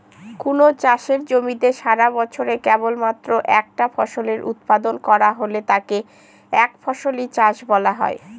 কোনো চাষের জমিতে সারাবছরে কেবলমাত্র একটা ফসলের উৎপাদন করা হলে তাকে একফসলি চাষ বলা হয়